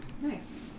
Nice